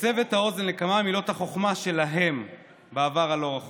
להסב את האוזן לכמה ממילות החוכמה שלהם בעבר הלא-רחוק.